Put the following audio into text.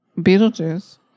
Beetlejuice